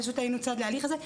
פשוט היינו צד להליך הזה.